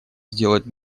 сделать